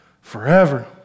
forever